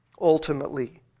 Ultimately